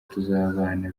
tuzabana